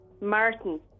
Martin